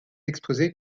exposés